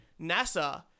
NASA